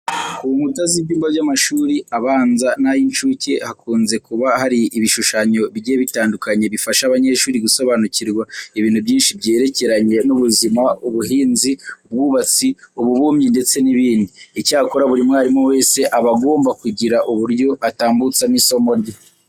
Ku nkuta z'ibyumba by'amashuri abanza n'ay'incuke hakunze kuba hari ibishushanyo bigiye bitandukanye bifasha abanyeshuri gusobanukirwa ibintu byinshi byerekeranye n'ubuzima, ubuhinzi, ubwubatsi, ububumbyi ndetse n'ibindi . Icyakora buri mwarimu wese aba agomba kugira uburyo atambutsamo isomo rye.